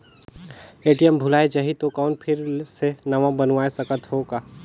ATM भुलाये जाही तो कौन फिर से नवा बनवाय सकत हो का?